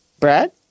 Brad